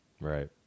right